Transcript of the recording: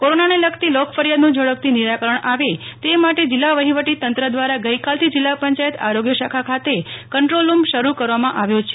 કોરોનાને લગતી લોક ફરિયાદનું ઝડપથી નિરાકરણ આવે તે માટે જિલ્લા વહીવટી તંત્ર દ્વારા ગઈકાલથી જિલ્લા પંચાયત આરોગ્ય શાખા ખાતે કન્દ્રોલરૂમ શરૂ કરવામાં આવ્યો છે